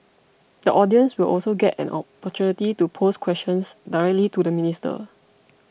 the audience will also get an opportunity to pose questions directly to the minister